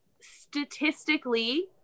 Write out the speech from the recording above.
statistically